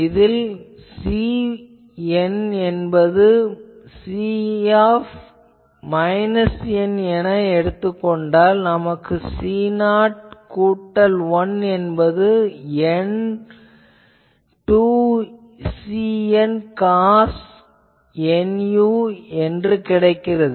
நாம் Cn C n என எடுத்துக் கொண்டால் நமக்கு C0 கூட்டல் 1 என்பது N 2Cn காஸ் nu எனக் கிடைக்கிறது